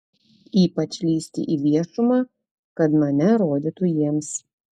ypač lįsti į viešumą kad mane rodytų jiems